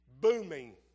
Booming